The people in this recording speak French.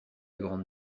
grande